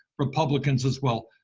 republicans, as well.